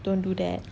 don't do that